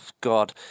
God